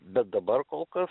bet dabar kol kas